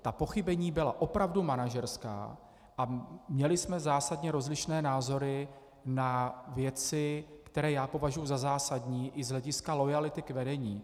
Ta pochybení byla opravdu manažerská a měli jsme zásadně rozlišné názory na věci, které já považuji za zásadní i z hlediska loajality k vedení.